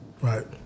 Right